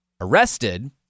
arrested